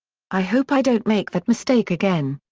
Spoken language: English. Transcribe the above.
i hope i don't make that mistake again.